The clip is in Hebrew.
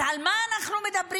אז על מה אנחנו מדברים?